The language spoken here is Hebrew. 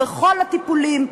בכל הטיפולים,